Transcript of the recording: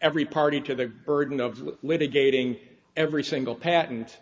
every party to the burden of litigating every single pat